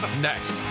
Next